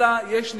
אלא יש ניסיון,